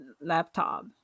laptop